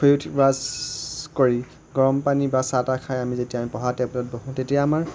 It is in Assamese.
শুই উঠি ব্ৰাছ কৰি গৰম পানী বা চাহ তাহ খাই আমি যেতিয়া আমি পঢ়া টেবুলত বহোঁ তেতিয়া আমাৰ